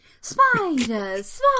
Spiders